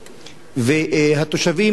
והתושבים,